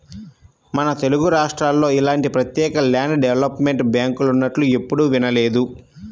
మన తెలుగురాష్ట్రాల్లో ఇలాంటి ప్రత్యేక ల్యాండ్ డెవలప్మెంట్ బ్యాంకులున్నట్లు ఎప్పుడూ వినలేదు